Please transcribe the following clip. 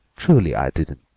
truly i didn't!